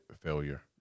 failure